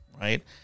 right